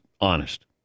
honest